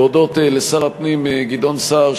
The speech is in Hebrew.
להודות לשר הפנים גדעון סער,